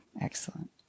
Excellent